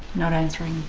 not answering?